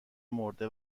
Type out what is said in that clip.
مرده